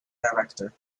director